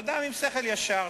אדם עם שכל ישר,